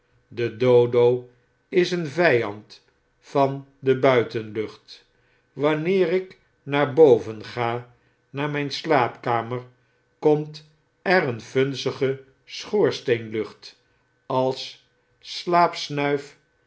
de dodo is een vyand van de buitenlucht wanneer iknaar boven ga naar mijn slaapkamer komt er een vunzige schoorsteenlucht als